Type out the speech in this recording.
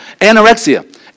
anorexia